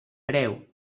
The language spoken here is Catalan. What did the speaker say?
preu